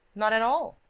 not at all.